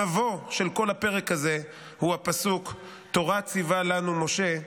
המבוא של כל הפרק הזה הוא הפסוק הזה: "תורה צִוָּה לנו משה,